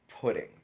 pudding